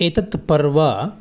एतत् पर्व